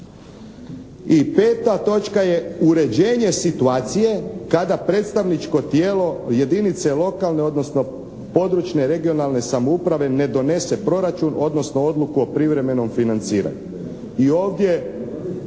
I peta točka je uređenje situacije kada predstavničko tijelo jedinice lokalne, odnosno područne (regionalne) samouprave ne donese proračun, odnosno odluku o privremenom financiranju.